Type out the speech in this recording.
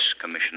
Commissioner